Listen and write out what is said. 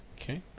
Okay